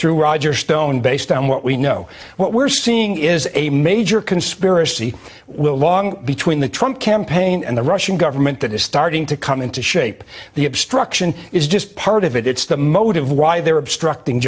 through roger stone based on what we know what we're seeing is a major conspiracy will long between the trump campaign and the russian government that is starting to come into shape the obstruction is just part of it it's the motive why they're obstructing